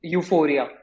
Euphoria